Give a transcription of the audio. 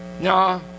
No